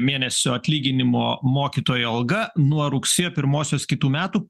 mėnesio atlyginimo mokytojo alga nuo rugsėjo pirmosios kitų metų